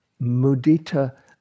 Mudita